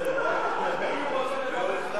התקשורת (בזק ושידורים) (תיקון מס'